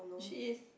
she is